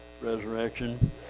resurrection